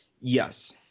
Yes